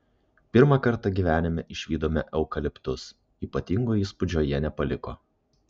pirmą kartą gyvenime išvydome eukaliptus ypatingo įspūdžio jie nepaliko